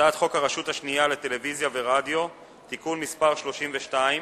הצעת חוק הרשות השנייה לטלוויזיה ורדיו (תיקון מס' 32),